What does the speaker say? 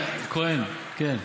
כהן, כן.